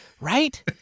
right